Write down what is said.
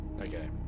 Okay